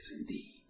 indeed